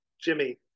Jimmy